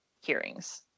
hearings